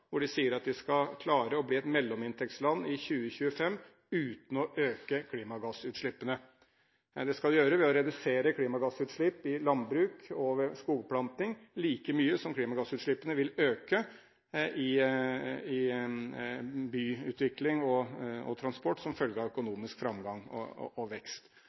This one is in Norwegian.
De sier at de skal klare å bli et mellominntektsland i 2025, uten å øke klimagassutslippene. Det skal de gjøre ved å redusere klimagassutslippene i landbruk og ved skogplanting like mye som klimagassutslippene vil øke i byutvikling og transport som følge av økonomisk framgang og vekst.